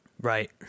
right